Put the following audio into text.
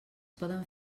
poden